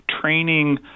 training